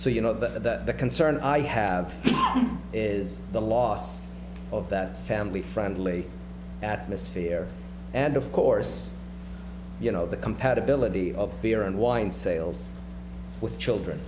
so you know that the concern i have is the loss of that family friendly atmosphere and of course you know the compatibility of beer and wine sales with children